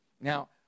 Now